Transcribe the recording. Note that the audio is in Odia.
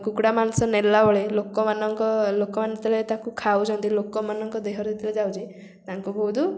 କୁକୁଡ଼ା ମାଂସ ନେଲାବେଳେ ଲୋକମାନଙ୍କ ଲୋକମାନେ ଯେତେବେଳେ ତାକୁ ଖାଉଛନ୍ତି ଲୋକମାନଙ୍କ ଦେହରେ ଯେତେବେଳେ ଯାଉଛି ତାଙ୍କୁ ବହୁତ